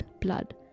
blood